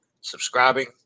subscribing